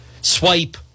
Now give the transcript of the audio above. swipe